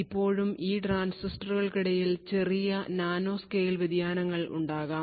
ഇപ്പോഴും ഈ ട്രാൻസിസ്റ്ററുകൾക്കിടയിൽ ചെറിയ നാനോ സ്കെയിൽ വ്യതിയാനങ്ങൾ ഉണ്ടാവാം